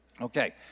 Okay